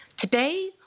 Today